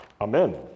Amen